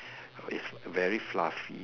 it's very fluffy